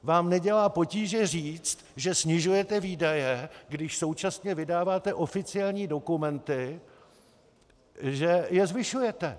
Vám nedělá potíže říct, že snižujete výdaje, když současně vydáváte oficiální dokumenty, že je zvyšujete.